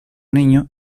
niño